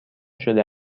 شده